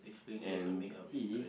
and he